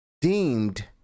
Deemed